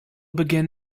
begin